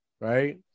right